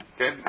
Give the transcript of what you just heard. Okay